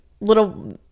little